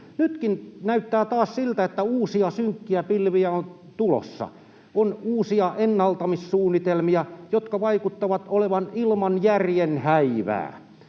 Nytkin näyttää taas siltä, että uusia, synkkiä pilviä on tulossa. On uusia ennaltamissuunnitelmia, jotka vaikuttavat olevan ilman järjen häivää.